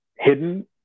hidden